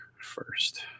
first